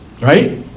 Right